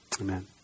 Amen